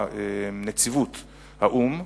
נציבות האו"ם,